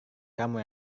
kamu